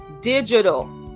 digital